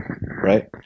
right